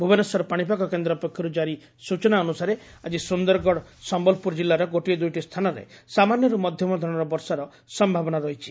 ଭୁବନେଶ୍ୱର ପାଣିପାଗ କେନ୍ଦ୍ର ପକ୍ଷରୁ ଜାରି ସୂଚନା ଅନୁସାରେ ଆଜି ସୁନ୍ଦରଗଡ଼ ସମ୍ୟଲପୁର ଜିଲ୍ଲାର ଗୋଟିଏ ଦୁଇଟି ସ୍ଚାନରେ ସାମାନ୍ୟରୁ ମଧ୍ଧମ ଧରଣର ବର୍ଷାର ସମାବନା ରହିଛି